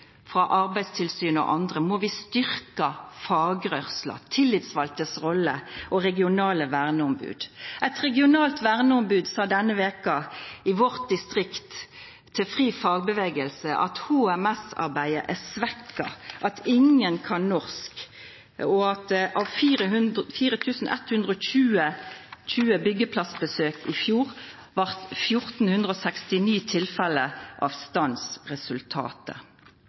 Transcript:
frå Arbeidstilsynet og andre må vi styrkja fagrørsla, dei tillitsvaldes rolle og dei regionale verneomboda. Eit regionalt verneombod sa denne veka i vårt distrikt til FriFagbevegelse at HMS-arbeidet er svekt, at ingen kan norsk, og at av 4 120 byggeplassbesøk i fjor blei resultatet 1 469 tilfelle av